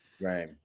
Right